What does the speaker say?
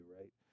right